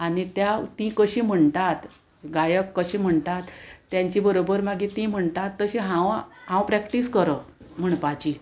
आनी त्या तीं कशीं म्हणटात गायक कशीं म्हणटात तेंचे बरोबर मागीर तीं म्हणटात तशी हांव हांव प्रॅक्टीस करप म्हणपाची